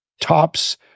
Tops